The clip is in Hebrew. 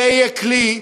זה יהיה כלי,